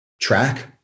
track